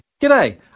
G'day